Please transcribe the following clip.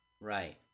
Right